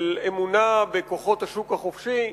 של אמונה בכוחות השוק החופשי,